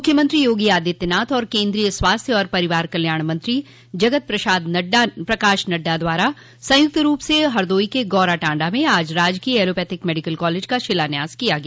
मुख्यमंत्री योगी आदित्यनाथ और केन्द्रीय स्वास्थ्य और परिवार कल्याण मंत्री जगत प्रकाश नड्डा द्वारा संयुक्त रूप से हरदोई के गौरा टांडा में आज राजकीय एलोपैथिक मेडिकल कॉलेज का शिलान्यास किया गया